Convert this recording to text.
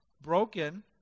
broken